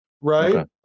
Right